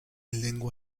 lengua